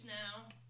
now